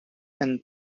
and